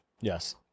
Yes